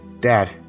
Dad